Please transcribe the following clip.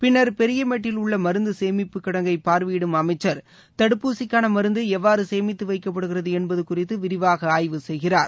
பின்னர் பெரியமேட்டில் உள்ள மருந்து சேமிப்புக் கிடங்கை பார்வையிடும் அமைச்சர் தடுப்பூசிக்கான மருந்து எவ்வாறு சேமித்து வைக்கப்படுகிறது என்பது குறித்து விரிவாக ஆய்வு செய்கிறார்